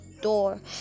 door